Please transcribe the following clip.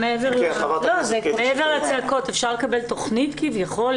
מעבר לצעקות, אפשר לקבל תכנית כביכול?